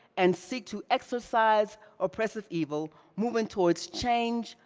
and seek to exercise oppressive evil, moving towards change,